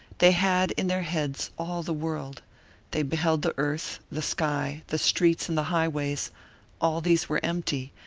they had in their heads all the world they beheld the earth, the sky, the streets and the highways all these were empty,